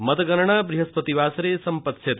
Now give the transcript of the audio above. मतगणना ब्हस्पतिवासरे सम्पत्स्यते